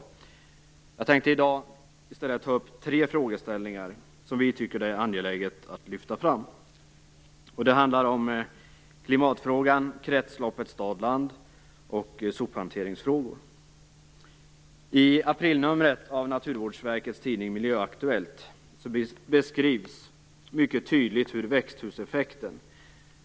I dag tänkte jag i stället ta upp tre frågeställningar som vi tycker att det är angeläget att lyfta fram. Det handlar då om klimatfrågan, kretsloppet stad-land och sophanteringsfrågor. I aprilnumret av Naturvårdsverkets tidning Miljöaktuellt beskrivs hur växthuseffekten